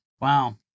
Wow